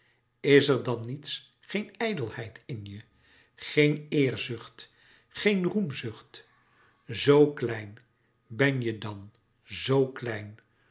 is er dan niets geen ijdelheid in je geen eerzucht geen roemzucht zoo klein ben je dan zoo klein